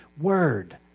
word